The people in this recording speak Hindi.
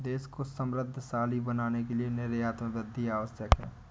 देश को समृद्धशाली बनाने के लिए निर्यात में वृद्धि आवश्यक है